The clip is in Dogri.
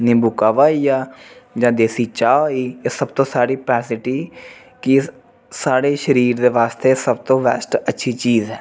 नींबू काह्वा होई गेआ जां देसी चाह् होई एह् सबतु साढ़ी कैपेसिटी कि साढ़े शरीर दे बास्तै सबतु बेस्ट अच्छी चीज़ ऐ